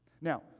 Now